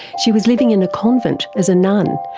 she was living in a convent as a nun,